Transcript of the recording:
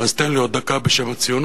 אז תן לי עוד דקה בשם הציונות.